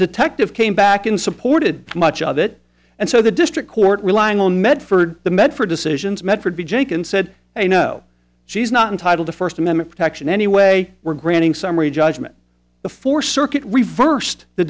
detective came back and supported much of it and so the district court relying on medford the medford decisions mefford be jake and said you know she's not entitle to first amendment protection anyway we're granting summary judgment before circuit reversed the